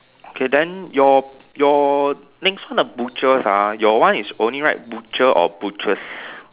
okay then your your next one the butchers ah your one is only write butcher or butchers